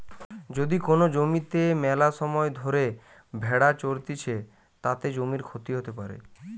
যদি কোন জমিতে মেলাসময় ধরে ভেড়া চরতিছে, তাতে জমির ক্ষতি হতে পারে